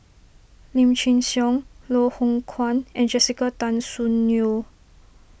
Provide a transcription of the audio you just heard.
Lim Chin Siong Loh Hoong Kwan and Jessica Tan Soon Neo